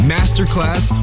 Masterclass